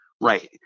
Right